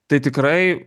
tai tikrai